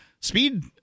speed